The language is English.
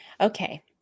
Okay